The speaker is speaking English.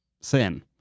sin